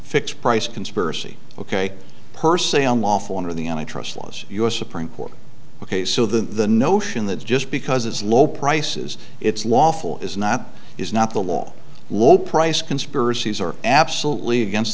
fixed price conspiracy ok per se unlawful under the i trust laws us supreme court ok so the notion that just because it's low prices it's lawful is not is not the law low price conspiracies are absolutely against